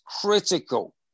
critical